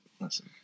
listen